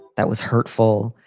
that was hurtful.